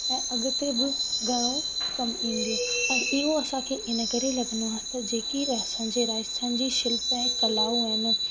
ऐं अॻिते बि घणो कमु ईंदियूं असां इहो असांखे इनकरे लॻंदो आहे की जेकी असांजी राजस्थान जी शिल्प ऐं कलाऊं आहिनि